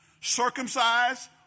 circumcised